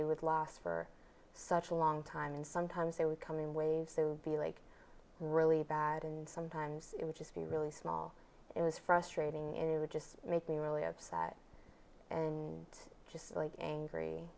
they would last for such a long time and sometimes they would come in ways they would be like really bad and sometimes it would just be really small it was frustrating it would just make me really upset and just like angry